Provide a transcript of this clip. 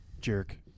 jerk